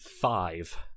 Five